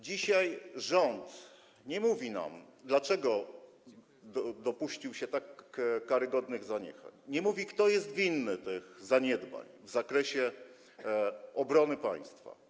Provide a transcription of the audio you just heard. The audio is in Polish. Dzisiaj rząd nie mówi nam, dlaczego dopuścił się tak karygodnych zaniechań, nie mówi, kto jest winny tych zaniedbań w zakresie obronności państwa.